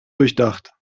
durchdacht